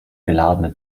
geladene